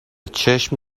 چشم